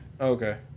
Okay